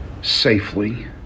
safely